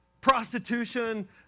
prostitution